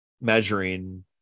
measuring